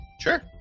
sure